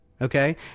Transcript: Okay